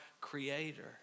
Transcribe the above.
creator